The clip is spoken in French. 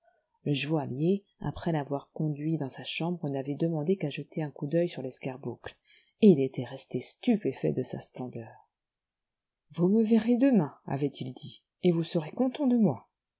le joaillier après l'avoir conduit dans sa chambre n'avait demandé qu'à jeter un coup d'oeil surl'escarboucle et il était resté stupéfait de sa splendeur vous me verrez demain avait-il dit et vous serez content de moi